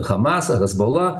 hamasą hezbollah